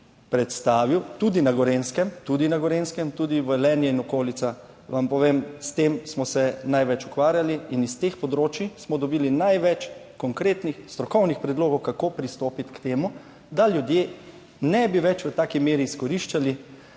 Gorenjskem, tudi na Gorenjskem, tudi Velenje in okolica, vam povem, s tem smo se največ ukvarjali in s teh področij smo dobili največ konkretnih strokovnih predlogov, kako pristopiti k temu, da ljudje ne bi več v taki meri izkoriščali,